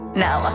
now